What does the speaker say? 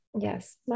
Yes